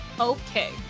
Okay